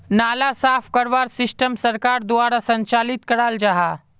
नाला साफ करवार सिस्टम सरकार द्वारा संचालित कराल जहा?